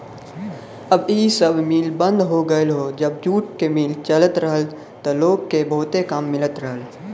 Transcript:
अब इ सब मिल बंद हो गयल हौ जब जूट क मिल चलत रहल त लोग के बहुते काम मिलत रहल